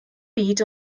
byd